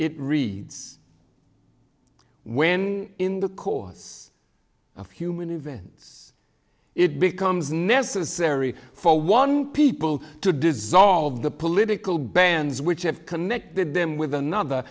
it reads when in the course of human events it becomes necessary for one people to dissolve the political bands which have connected them with another